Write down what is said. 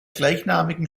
gleichnamigen